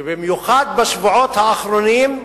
ובמיוחד בשבועות האחרונים,